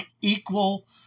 equal